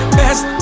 best